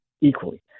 equally